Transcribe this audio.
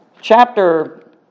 chapter